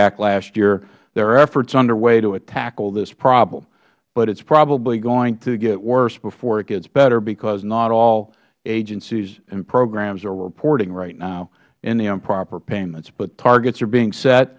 act last year there are efforts under way to tackle this problem but it is probably going to get worse before it gets better because not all agencies and programs are reporting right now any improper payments but targets are being set